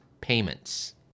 payments